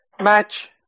match